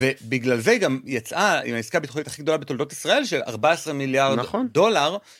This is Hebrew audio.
ובגלל זה גם יצאה עם העסקה ביטחונית הכי גדולה בתולדות ישראל של 14 מיליארד דולר.